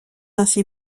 ainsi